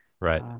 Right